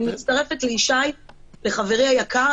אני מצטרפת לישי, לחברי היקר.